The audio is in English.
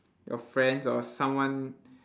your friends or someone